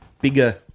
bigger